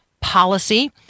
Policy